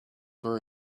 for